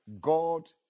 God